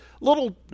little